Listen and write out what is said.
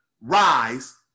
rise